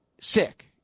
sick